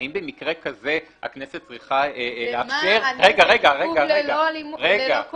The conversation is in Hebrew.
האם במקרה כזה הכנסת צריכה לאפשר --- זה עיכוב ללא כוח.